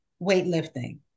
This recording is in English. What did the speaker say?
weightlifting